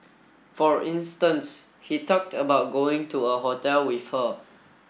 for instance he talked about going to a hotel with her